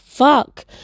fuck